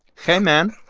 hey man,